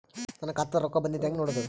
ನನ್ನ ಖಾತಾದಾಗ ರೊಕ್ಕ ಬಂದಿದ್ದ ಹೆಂಗ್ ನೋಡದು?